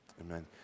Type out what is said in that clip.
Amen